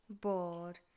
Bored